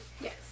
Yes